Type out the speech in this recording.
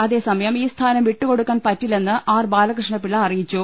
അതേസമയം ഈ സ്ഥാനം വിട്ടു കൊടുക്കാൻ പറ്റില്ലെന്ന് ആർ ബാലകൃഷ്ണപിള്ള അറിയിച്ചു